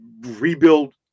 rebuild